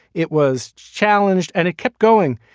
it was challenged and it kept going.